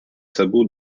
sabots